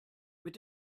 mit